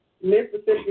Mississippi